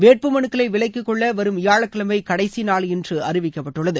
வேட்பு மனுக்களை விலக்கிக்கொள்ள வரும் வியாழக்கிழமை கடைசி நாள் என்று அறிவிக்கப்பட்டுள்ளது